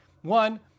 one